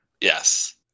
yes